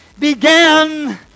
began